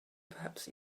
perhaps